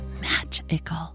magical